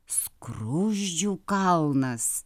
skruzdžių kalnas